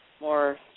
more